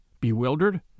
bewildered